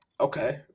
Okay